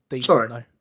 Sorry